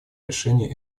решения